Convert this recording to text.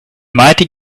mighty